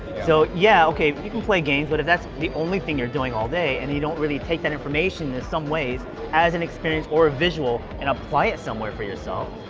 so, yeah, okay, you can play games, but if that's the only thing you're doing all day and you don't really take that information in some ways as an experience or a visual and apply it somewhere for yourself,